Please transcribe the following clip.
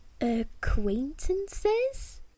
Acquaintances